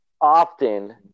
often